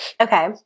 Okay